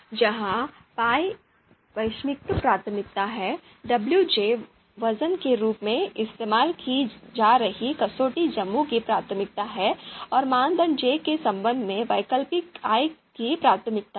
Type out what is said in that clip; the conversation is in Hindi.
जहां पाई वैश्विक प्राथमिकता है wj वजन के रूप में इस्तेमाल की जा रही कसौटी जम्मू की प्राथमिकता है और मानदंड j के संबंध में वैकल्पिक i की प्राथमिकता है